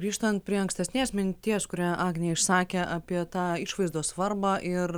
grįžtant prie ankstesnės minties kurią agnė išsakė apie tą išvaizdos svarbą ir